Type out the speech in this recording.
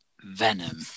venom